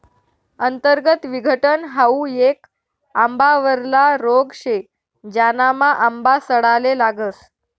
अंतर्गत विघटन हाउ येक आंबावरला रोग शे, ज्यानामा आंबा सडाले लागस